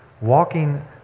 walking